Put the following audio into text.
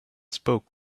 spoke